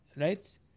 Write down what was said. right